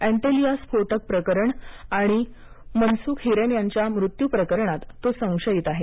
अन्टेलिया स्फोटक प्रकरण आणि मनसुख हिरेन यांच्या मृत्यू प्रकरणात तो संशयित आहे